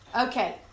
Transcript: Okay